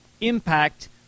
impact